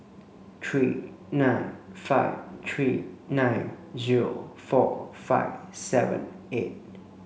three nine five three nine zero four five seven eight